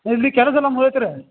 ಇಲ್ಲಿ ಕೆಲಸೆಲ್ಲ ಮುಗಿದೈತೆ ರೀ